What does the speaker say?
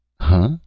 Huh